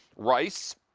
rice